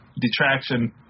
detraction